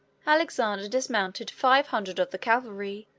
alexander dismounted five hundred of the cavalry,